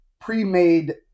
pre-made